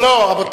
לא, לא, רבותי.